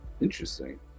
Interesting